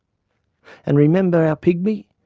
and remember our pygmy?